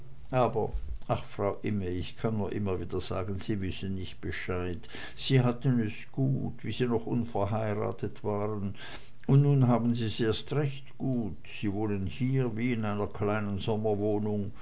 aber ach frau imme ich kann nur immer wieder sagen sie wissen nich bescheid sie hatten es gut wie sie noch unverheiratet waren und nu haben sie's erst recht gut sie wohnen hier wie in einer kleinen